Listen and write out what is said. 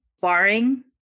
barring